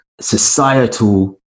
societal